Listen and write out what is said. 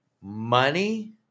money